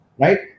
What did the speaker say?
right